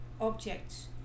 objects